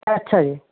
ਅੱਛਾ ਜੀ